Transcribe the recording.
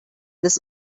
this